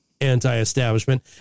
anti-establishment